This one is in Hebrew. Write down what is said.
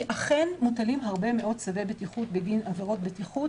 אכן מוטלים הרבה מאוד צווי בטיחות בגין עבירות בטיחות,